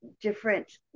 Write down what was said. different